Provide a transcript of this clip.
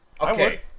Okay